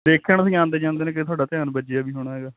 ਦੇਖਿਆ ਹੋਣਾ ਤੁਸੀਂ ਆਉਂਦੇ ਜਾਂਦੇ ਨੇ ਕਿਤੇ ਤੁਹਾਡਾ ਧਿਆਨ ਬੱਜਿਆ ਵੀ ਹੋਣਾ ਹੈਗਾ